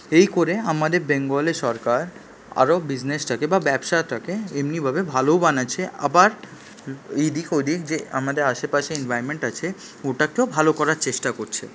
এই করে আমাদের বেঙ্গলের সরকার আরো বিজনেসটাকে বা ব্যবসাটাকে এমনিভাবে ভালোও বানাচ্ছে আবার এইদিক ওইদিক যে আমাদের আশেপাশে এনভায়রনমেন্ট আছে ওটাকেও ভালো করার চেষ্টা করছে